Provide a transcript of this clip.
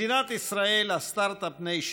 מדינת ישראל, הסטרטאפ ניישן,